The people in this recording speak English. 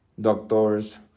doctors